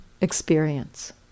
experience